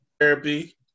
therapy